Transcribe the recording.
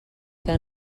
que